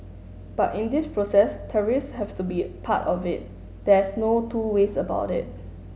but in this process tariffs have to be part of it there's no two ways about it